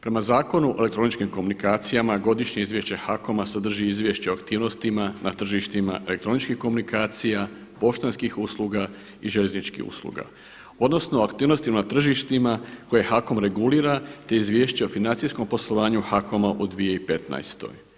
Prema Zakonu o elektroničkim komunikacijama Godišnje izvješće HAKOM-a sadrži Izvješće o aktivnostima na tržištima elektroničkih komunikacija, poštanskih usluga i željezničkih usluga odnosno aktivnostima na tržištima koje HAKOM regulira, te Izvješća o financijskom poslovanju HAKOM-a u 2015.